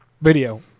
video